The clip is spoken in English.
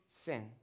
sin